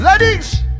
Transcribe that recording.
Ladies